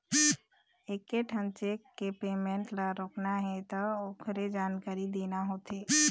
एकेठन चेक के पेमेंट ल रोकना हे त ओखरे जानकारी देना होथे